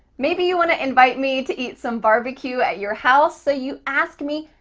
maybe you want to invite me to eat some barbecue at your house. so you ask me,